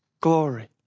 glory